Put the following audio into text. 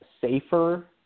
safer